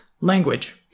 language